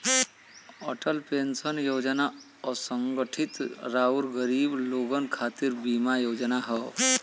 Atal pension योजना असंगठित आउर गरीब लोगन खातिर बीमा योजना हौ